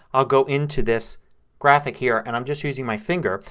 i'll go into this graphic here and i'm just using my finger.